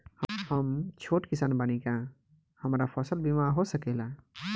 हम छोट किसान बानी का हमरा फसल बीमा हो सकेला?